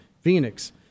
Phoenix